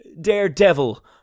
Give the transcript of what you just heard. Daredevil